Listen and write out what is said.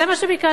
זה מה שביקשתי.